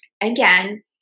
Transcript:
again